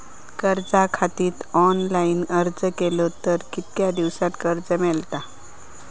कर्जा खातीत ऑनलाईन अर्ज केलो तर कितक्या दिवसात कर्ज मेलतला?